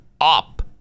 up